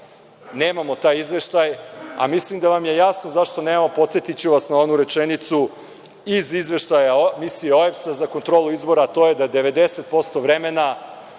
nemamo taj izveštaj, a mislim da vam je jasno zašto nemamo. Podsetiću vas na onu rečenicu iz izveštaja Misije OEBS za kontrolu izboru, a to je da je 90% vremena